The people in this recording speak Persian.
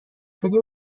شدی